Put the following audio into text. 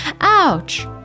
Ouch